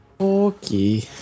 Okay